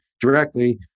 directly